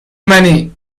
منی